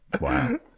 Wow